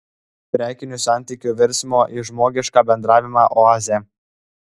prekinių santykių virsmo į žmogišką bendravimą oazė